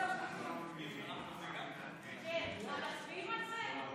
מצביעים על זה?